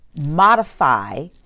modify